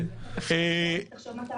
תודה על